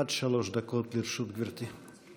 עד שלוש דקות לרשות גברתי.